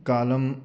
कालम्